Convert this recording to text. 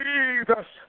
Jesus